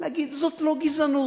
להגיד: זאת לא גזענות,